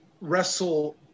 wrestle